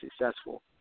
successful